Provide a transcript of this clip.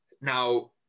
Now